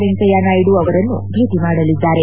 ವೆಂಕಯ್ಯ ನಾಯ್ಡು ಅವರನ್ನು ಭೇಟಿ ಮಾಡಲಿದ್ದಾರೆ